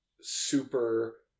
super